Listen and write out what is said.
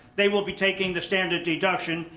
they will be taking the standard deduction.